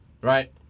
right